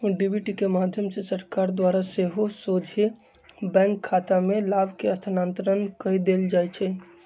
DBT के माध्यम से सरकार द्वारा सेहो सोझे बैंक खतामें लाभ के स्थानान्तरण कऽ देल जाइ छै